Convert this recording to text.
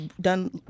done